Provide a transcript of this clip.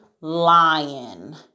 lion